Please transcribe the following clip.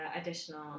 additional